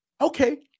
Okay